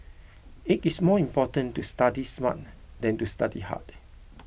it is more important to study smart than to study hard